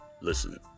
Listen